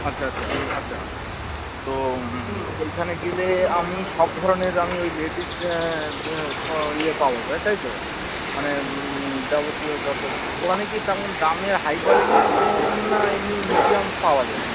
আচ্ছা আচ্ছা আচ্ছা তো ওইখানে গেলে আমি সব ধরনের আমি ওই লেডিস বো ও ইয়ে পাবো তাই তো মানে যাবতীয় যতো ওখানে কী তেমন দামে হাই কোয়ালিটি বো না এমনি মিডিয়াম পাওয়া যায়